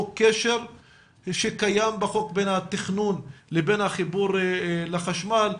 קשר שקיים בחוק בין התכנון לבין החיבור לחשמל,